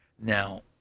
Now